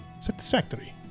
satisfactory